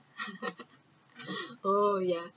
oh ya